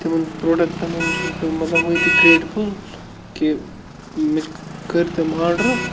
تِمَن پرٛوڈَکٹَن ہُنٛد چھُس بہٕ مطلب وٕنۍ تہِ گرٛیٹ فُل کہِ مےٚ کٔرۍ تِم آرڈَر